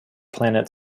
planet